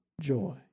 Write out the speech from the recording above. joy